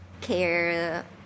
care